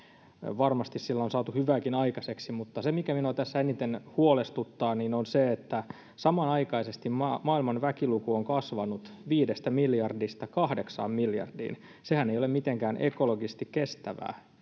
varmasti sillä on saatu hyvääkin aikaiseksi mutta se mikä minua tässä eniten huolestuttaa on se että samanaikaisesti maailman väkiluku on kasvanut viidestä miljardista kahdeksaan miljardiin sehän ei ole mitenkään ekologisesti kestävää